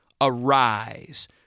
arise